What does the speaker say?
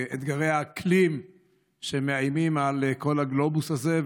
אתגרי האקלים שמאיימים על כל הגלובוס הזה,